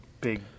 big